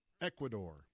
Ecuador